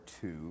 two